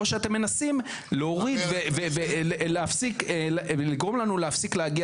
או שאתם מנסים להוריד ולגרום לנו להפסיק להגיע